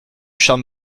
champ